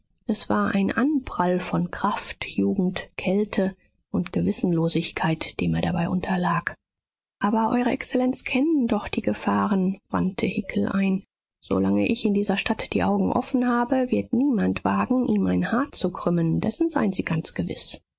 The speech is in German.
es war ein anprall von kraft jugend kälte und gewissenlosigkeit dem er dabei unterlag aber eure exzellenz kennen doch die gefahren wandte hickel ein solange ich in dieser stadt die augen offen habe wird niemand wagen ihm ein haar zu krümmen dessen seien sie ganz gewiß